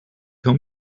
told